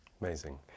Amazing